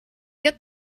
get